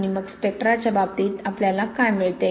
आणि मग स्पेक्ट्राच्या बाबतीत आपल्याला काय मिळते